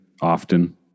often